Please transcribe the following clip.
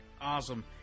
Awesome